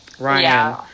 Ryan